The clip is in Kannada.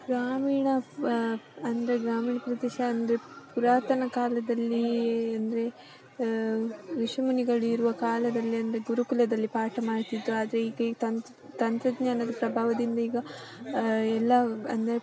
ಗ್ರಾಮೀಣ ಅಂದರೆ ಗ್ರಾಮೀಣ ಪ್ರದೇಶ ಅಂದರೆ ಪುರಾತನ ಕಾಲದಲ್ಲಿ ಅಂದರೆ ಋಷಿ ಮುನಿಗಳು ಇರುವ ಕಾಲದಲ್ಲಿ ಅಂದರೆ ಗುರುಕುಲದಲ್ಲಿ ಪಾಠ ಮಾಡ್ತಿದ್ದರು ಆದರೆ ಈಗ ಈ ತಂತ್ರಜ್ಞಾನದ ಪ್ರಭಾವದಿಂದ ಈಗ ಎಲ್ಲ ಅಂದರೆ